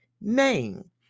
name